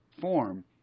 form